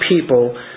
people